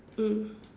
mm